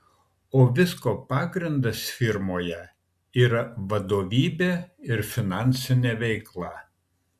o visko pagrindas firmoje yra vadovybė ir finansinė veikla